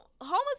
homeless